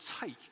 take